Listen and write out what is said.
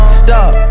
stop